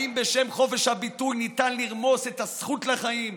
האם בשם חופש הביטוי ניתן לרמוס את הזכות לחיים,